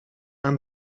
aan